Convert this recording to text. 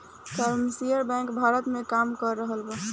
commercial bank Bharat में काम कर रहल बा